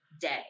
day